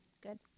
Good